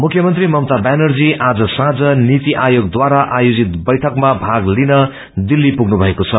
मुख्यमन्त्री ममता ब्यानर्जी आज साँस्न नीति आयोगद्वारा आयोजित बैठकमा भाग लिन दिल्ली पुग्नुषएको छ